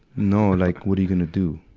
no, like what are you gonna do?